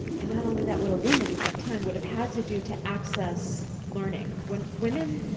and not only that, what a woman at that time would have had to do to access learning, when women,